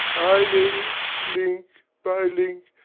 i made it link by link,